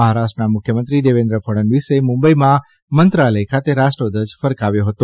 મહારાષ્ટ્રના મુખ્યમંત્રી દેવેન્દ્ર ફડણવીસે મુંબઈમાં મંત્રાલય ખાતે રાષ્ટ્રધ્વજ ફરકાવ્યો હતો